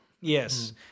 Yes